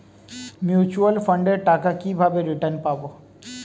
Mutual ফান্ডের টাকা কিভাবে রিটার্ন পাব?